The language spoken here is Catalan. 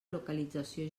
localització